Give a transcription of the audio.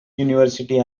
university